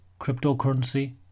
cryptocurrency